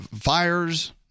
fires